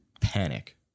panic